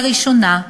לראשונה,